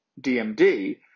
DMD